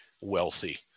wealthy